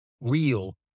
real